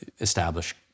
establish